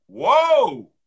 Whoa